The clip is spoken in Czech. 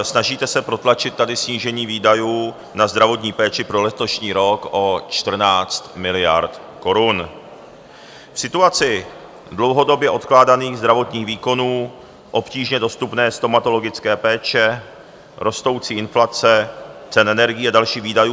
Snažíte se protlačit tady snížení výdajů na zdravotní péči pro letošní rok o 14 miliard korun v situaci dlouhodobě odkládaných zdravotních výkonů, obtížně dostupné stomatologické péče, rostoucí inflace, cen energií a dalších výdajů.